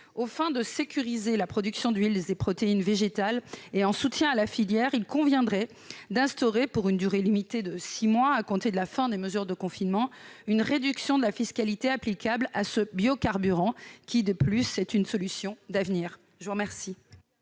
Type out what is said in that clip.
Afin de sécuriser la production d'huiles et protéines végétales et en soutien à la filière, il conviendrait d'instaurer, pour une durée limitée à six mois à compter de la fin des mesures de confinement, une réduction de la fiscalité applicable à ce biocarburant, qui, en outre, représente une solution d'avenir. La parole